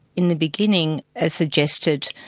in the beginning, as suggested,